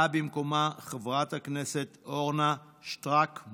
באה חברת הכנסת אורנה שטרקמן.